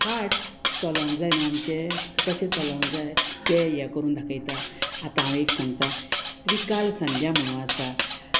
heart चलो जायना आमचे कशें चलोंक जाय तें हें करून दाखयता आतां हांव एक सांगतां त्रिकाल सध्या म्हणू आसा